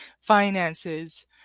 finances